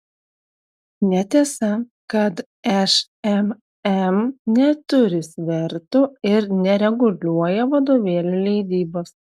netiesa kad šmm neturi svertų ir nereguliuoja vadovėlių leidybos